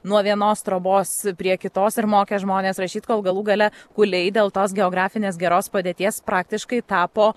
nuo vienos trobos prie kitos ir mokė žmones rašyti kol galų gale kūliai dėl tos geografinės geros padėties praktiškai tapo